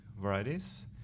varieties